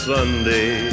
Sunday